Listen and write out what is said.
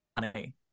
money